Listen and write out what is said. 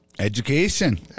Education